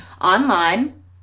online